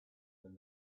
and